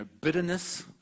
bitterness